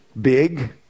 Big